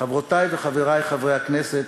חברותי וחברי חברי הכנסת,